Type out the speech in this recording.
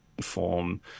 form